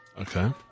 Okay